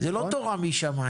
זה לא תורה משמים.